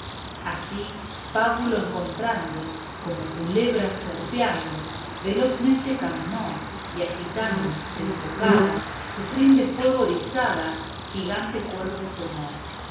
allí pábulo encontrando como culebra serpeando velozmente caminó y agitando desbocada su crin de fuego erizada gigante cuerpo tomó